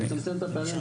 בשביל לצמצם את הפערים,